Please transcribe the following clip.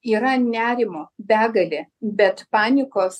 yra nerimo begalė bet panikos